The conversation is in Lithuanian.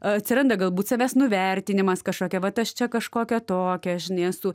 atsiranda galbūt savęs nuvertinimas kažkokia vat aš čia kažkokia tokia žinao esu